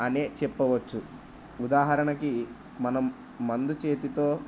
అనే చెప్పవచ్చు ఉదాహరణకి మనం మందు చేతితో